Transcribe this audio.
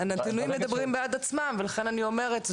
הנתונים מדברים בעד עצמם ולכן אני אומרת זה